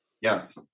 Yes